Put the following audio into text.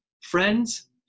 Friends